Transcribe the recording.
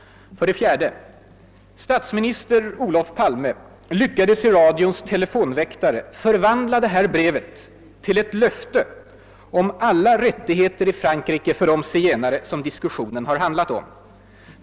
4) Statsminister Olof Palme lyckades i radions telefonväktare förvandla det här brevet till ett löfte om alla rättigheter i Frankrike för de zigenare som diskussionen har handlat om.